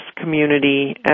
community